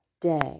day